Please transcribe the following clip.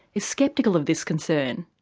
is sceptical of this concern.